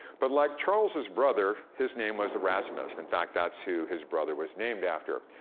but like charles's brother, his name was erasmus. in fact, that's who his brother was named after.